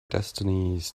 destinies